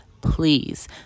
please